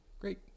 Great